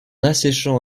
asséchant